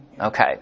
okay